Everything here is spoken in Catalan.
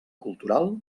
cultural